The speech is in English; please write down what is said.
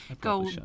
Go